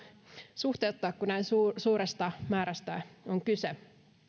suhteuttaa kun näin suuresta suuresta määrästä on kyse